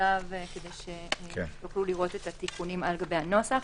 המשולב כדי שתוכלו לראות את התיקונים על גבי הנוסח.